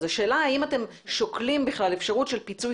השאלה היא האם אתם בכלל שוקלים אפשרות של פיצוי